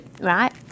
right